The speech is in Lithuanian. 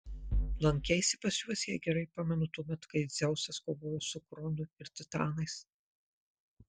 lankeisi pas juos jei gerai pamenu tuomet kai dzeusas kovojo su kronu ir titanais